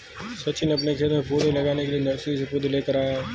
सचिन अपने खेत में पौधे लगाने के लिए नर्सरी से पौधे लेकर आया